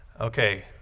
Okay